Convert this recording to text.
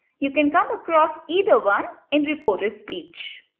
you can come across either one in reported speech.